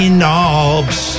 knobs